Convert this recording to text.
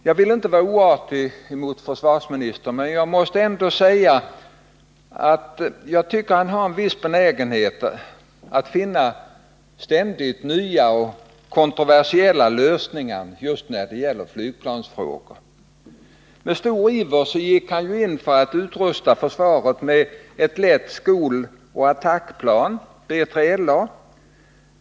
Jag vill inte vara oartig mot försvarsministern, men jag måste ändå säga att han har en viss benägenhet att finna ständigt nya och kontroversiella lösningar just när det gäller flygplansfrågor. Med stor iver gick han in för att utrusta luftförsvaret med ett lätt skoloch attackplan, BILA.